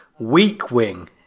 Weakwing